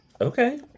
Okay